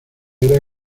era